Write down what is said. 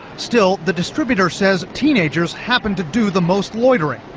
still, the distributor says teenagers happen to do the most loitering,